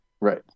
Right